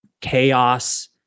chaos